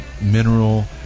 Mineral